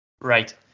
Right